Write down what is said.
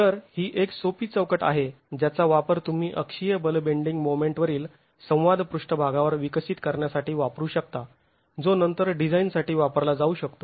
तर ही एक सोपी चौकट आहे ज्याचा वापर तुम्ही अक्षीय बल बेंडींग मोमेंट वरील संवाद पृष्ठभागावर विकसित करण्यासाठी वापरू शकता जो नंतर डिझाईनसाठी वापरला जाऊ शकतो